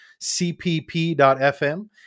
cpp.fm